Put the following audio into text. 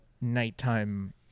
nighttime